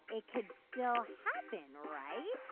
it could still happen, right?